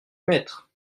maître